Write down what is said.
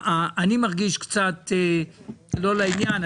אני מרגיש קצת לא לעניין.